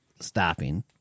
stopping